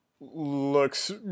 looks